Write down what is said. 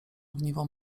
ogniwo